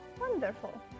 Wonderful